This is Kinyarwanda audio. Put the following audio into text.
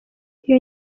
iyo